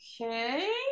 okay